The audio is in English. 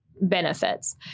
benefits